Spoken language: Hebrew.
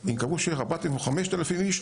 אם קבעו שיהיו 4,000 או 5,000 אנשים,